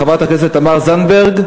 חברת הכנסת תמר זנדברג,